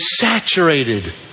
saturated